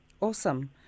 Awesome